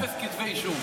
אפס כתבי אישום.